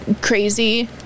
crazy